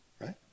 right